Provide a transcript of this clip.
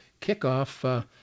Kickoff